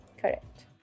Correct